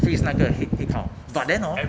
freeze 那个 head headcount but then hor